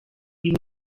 uyu